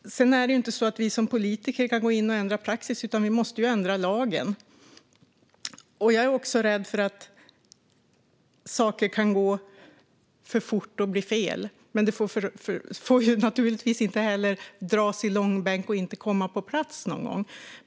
Sedan kan vi som politiker inte gå in och ändra praxis, utan vi måste ändra lagen. Jag är också rädd för att saker kan gå för fort och bli fel. Men de får naturligtvis inte heller dras i långbänk och inte komma på plats någon gång.